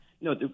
No